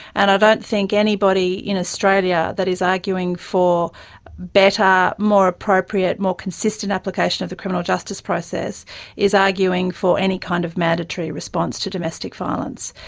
and i don't think anybody in australia that is arguing for better, more appropriate, more consistent application of the criminal justice process is arguing for any kind of mandatory response to domestic violence.